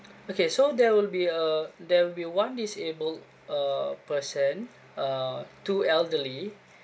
okay so there will be a there will be one disabled uh person uh two elderly